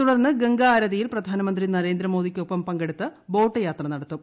തുടർന്ന് ഗുംഗ്ലാ ആരതിയിൽ പ്രധാനമന്ത്രി നരേന്ദ്രമോദിക്കൊപ്പം പങ്കെടുത്ത് ബോട്ട് യാത്ര നടത്തും